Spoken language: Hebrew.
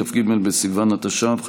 כ"ג בסיוון התש"ף,